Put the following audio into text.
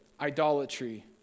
idolatry